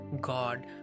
God